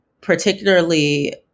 particularly